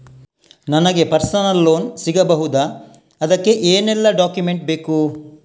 ನನಗೆ personal loan ಸಿಗಬಹುದ ಅದಕ್ಕೆ ಏನೆಲ್ಲ ಡಾಕ್ಯುಮೆಂಟ್ ಬೇಕು?